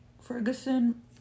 Ferguson